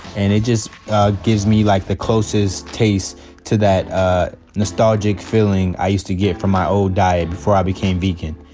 and it just gives me like the closest taste to that nostalgic feeling i used to get from my old diet before i became vegan.